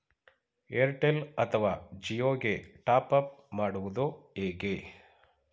Airtel ಅಥವಾ ಜಿಯೊ ಗೆ top up ಮಾಡುವುದು ಹೇಗೆ?